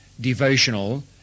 devotional